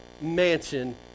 mansion